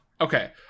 Okay